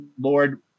Lord